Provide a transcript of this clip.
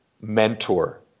Mentor